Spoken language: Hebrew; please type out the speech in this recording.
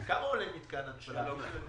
כמה עולה מתקן התפלה?